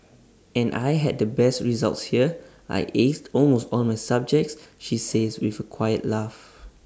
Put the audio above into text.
and I had the best results here I aced almost all my subjects she says with A quiet laugh